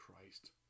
Christ